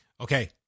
Okay